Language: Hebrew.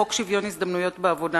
חוק שוויון ההזדמנויות בעבודה,